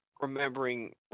remembering